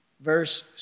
Verse